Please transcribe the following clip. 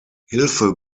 hilfe